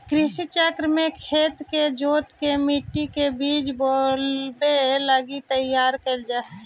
कृषि चक्र में खेत के जोतके मट्टी के बीज बोवे लगी तैयार कैल जा हइ